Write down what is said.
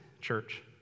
church